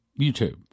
YouTube